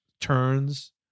turns